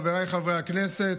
חבריי חברי הכנסת,